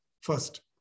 first